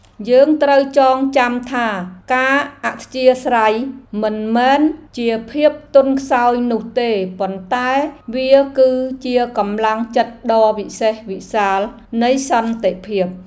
យើងត្រូវចងចាំថាការអធ្យាស្រ័យមិនមែនជាភាពទន់ខ្សោយនោះទេប៉ុន្តែវាគឺជាកម្លាំងចិត្តដ៏វិសេសវិសាលនៃសន្តិភាព។